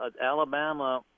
Alabama